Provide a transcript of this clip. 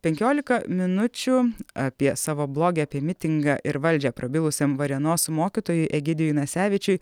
penkiolika minučių apie savo blogį apie mitingą ir valdžią prabilusiam varėnos mokytojui egidijui nasevičiui